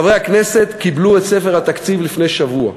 חברי הכנסת קיבלו את ספר התקציב לפני שבוע.